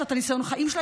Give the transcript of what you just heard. יש את ניסיון החיים שלה,